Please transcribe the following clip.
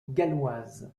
galloise